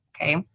Okay